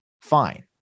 fine